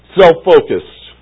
self-focused